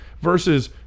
Versus